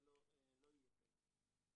זה לא יהיה קיים.